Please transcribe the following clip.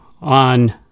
on